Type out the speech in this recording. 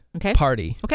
party